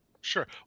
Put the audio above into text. Sure